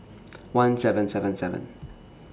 one seven seven seven